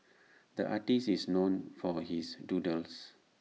the artist is known for his doodles